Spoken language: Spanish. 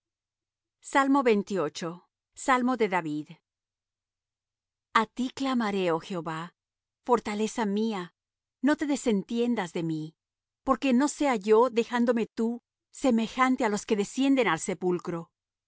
á jehová salmo de david a ti clamaré oh jehová fortaleza mía no te desentiendas de mí porque no sea yo dejándome tú semejante á los que descienden al sepulcro